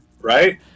Right